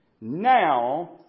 now